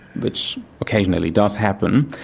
which occasionally does happen.